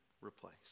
replace